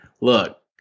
look